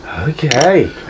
Okay